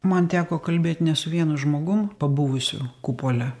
man teko kalbėt ne su vienu žmogum pabuvusiu kupole